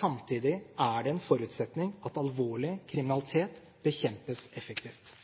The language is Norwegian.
Samtidig er det en forutsetning at alvorlig kriminalitet bekjempes effektivt.